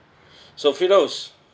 so firdaus